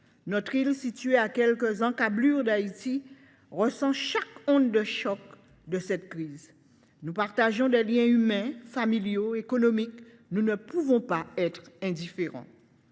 Notre île, située à quelques encablures d’Haïti, ressent chaque onde de choc de cette crise. Nous partageons des liens humains, familiaux et économiques. Nous ne pouvons être indifférents.